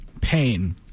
pain